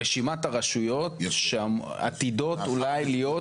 רשימת הרשויות שעתידות אולי להיות